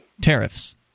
tariffs